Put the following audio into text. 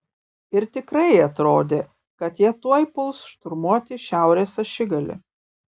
ir tikrai atrodė kad jie tuoj puls šturmuoti šiaurės ašigalį